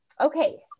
Okay